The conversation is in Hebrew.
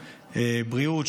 בריאות,